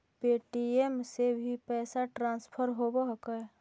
Paytm से भी पैसा ट्रांसफर होवहकै?